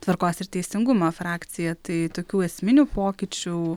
tvarkos ir teisingumo frakciją tai tokių esminių pokyčių